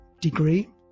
degree